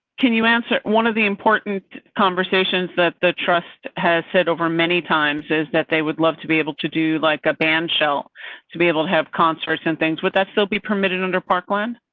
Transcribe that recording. can you answer one of the important conversations that the trust has said over many times is that they would love to be able to do, like, a ban shell to be able to have concerts and things would that still be permitted under parkland.